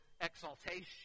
exaltation